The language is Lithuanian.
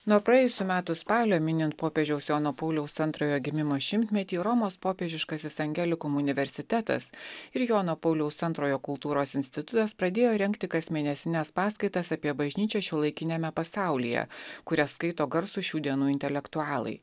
nuo praėjusių metų spalio minint popiežiaus jono pauliaus antrojo gimimo šimtmetį romos popiežiškasis angelikum universitetas ir jono pauliaus antrojo kultūros institutas pradėjo rengti kasmėnesines paskaitas apie bažnyčią šiuolaikiniame pasaulyje kurias skaito garsūs šių dienų intelektualai